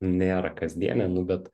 nėra kasdienė nu bet